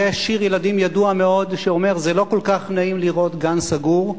יש שיר ילדים ידוע מאוד שאומר: "זה לא כל כך נעים לראות גן סגור".